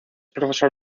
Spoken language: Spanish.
profesor